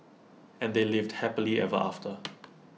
and they lived happily ever after